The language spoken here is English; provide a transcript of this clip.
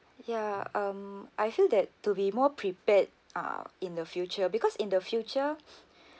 ya um I feel that to be more prepared uh in the future because in the future